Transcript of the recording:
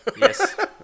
Yes